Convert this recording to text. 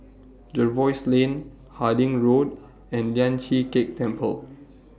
Jervois Lane Harding Road and Lian Chee Kek Temple